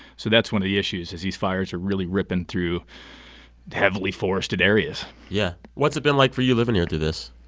so that's one of the issues is these fires are really ripping through heavily forested areas yeah. what's it been like for you living here through this?